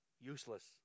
useless